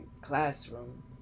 classroom